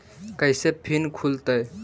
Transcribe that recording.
कैसे फिन खुल तय?